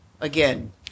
again